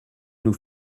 nous